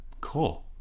Cool